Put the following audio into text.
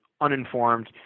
uninformed